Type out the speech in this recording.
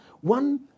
one